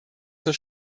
zur